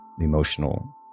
emotional